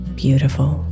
beautiful